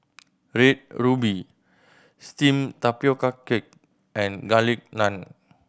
Red Ruby steamed tapioca cake and Garlic Naan